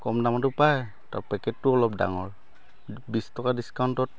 কম দামতো পায় তাৰ পেকেটটোও অলপ ডাঙৰ বিশ টকা ডিছকাউণ্টত